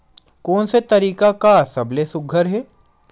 कोन से तरीका का सबले सुघ्घर हे?